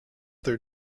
their